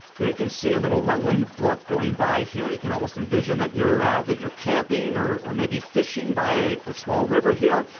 here you can see a little rumbling brook going by here. you can almost envision that you're that you're camping or or maybe fishing by a small river here.